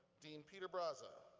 dean peter braza.